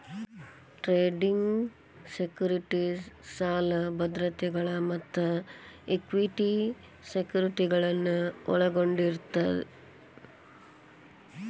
trading securities ಸಾಲ ಭದ್ರತೆಗಳ ಮತ್ತ ಇಕ್ವಿಟಿ ಸೆಕ್ಯುರಿಟಿಗಳನ್ನ ಒಳಗೊಂಡಿರತ್ತ